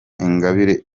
ingabire